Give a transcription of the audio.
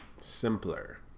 simpler